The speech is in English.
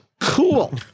Cool